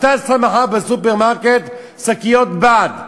אתה שם מחר בבוקר שקיות בד,